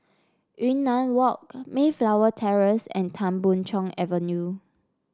Yunnan Walk Mayflower Terrace and Tan Boon Chong Avenue